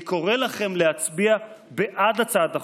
אני קורא לכם להצביע בעד הצעת החוק,